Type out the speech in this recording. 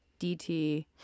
DT